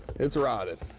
it's rotted.